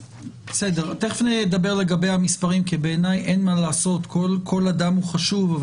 תיכף נדבר לגבי המספרים כי בעיניי כל אדם הוא חשוב,